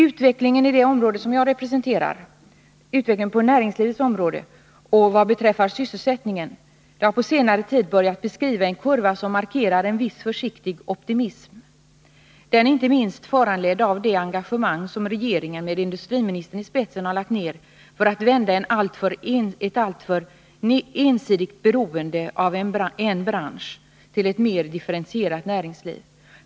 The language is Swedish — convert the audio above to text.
Utvecklingen på näringslivets område och vad beträffar sysselsättningen i den region jag representerar har på senare tid börjat beskriva en kurva som markerar en viss försiktig optimism. Den är inte minst föranledd av det engagemang som regeringen med industriministern i spetsen lagt ner för att vända ett alltför ensidigt beroende av en bransch till ett mer differentierat näringsliv.